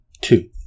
two